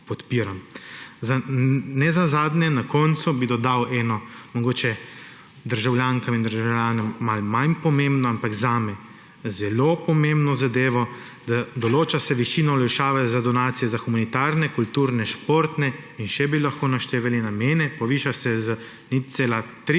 podpiram. Na koncu bi dodal eno mogoče državljankam in državljanom malo manj pomembno, ampak zame zelo pomembno zadevo, določa se višina olajšave za donacije za humanitarne, kulturne, športne, in še bi lahko naštevali, namene, poviša se z 0,3